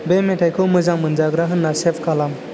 बे मेथाइखौ मोजां मोनजाग्रा होनना सेप खालाम